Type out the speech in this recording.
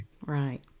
Right